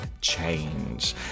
change